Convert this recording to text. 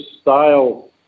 style